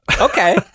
Okay